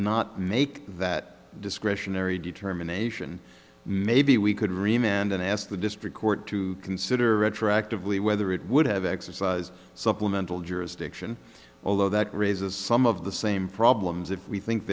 not make that discretionary determination maybe we could remain and then ask the district court to consider retroactively whether it would have exercised supplemental jurisdiction although that raises some of the same problems if we think